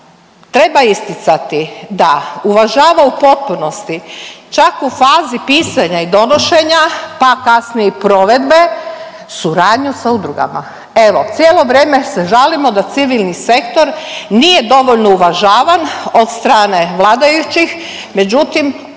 treba isticati da uvažava u potpunosti čak u fazi pisanja i donošenja, pa kasnije i provedbe suradnju sa udrugama. Evo cijelo vrijeme se žalimo da civilni sektor nije dovoljno uvažavan od strane vladajućih. Međutim,